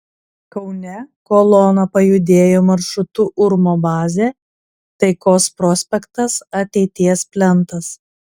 kaune kolona pajudėjo maršrutu urmo bazė taikos prospektas ateities plentas